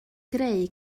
greu